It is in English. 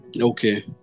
Okay